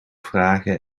vragen